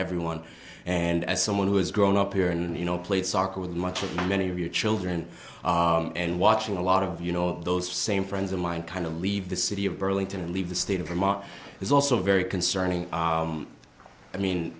everyone and as someone who has grown up here and you know played soccer with much of many of your children and watching a lot of you know those same friends of mine kind of leave the city of burlington and leave the state of vermont is also very concerning i mean